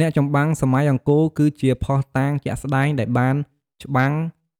អ្នកចម្បាំងសម័យអង្គរ គឺជាភស្តុតាងជាក់ស្តែងដែលបានច្បាំង